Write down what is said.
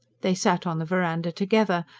they sat on the verandah together,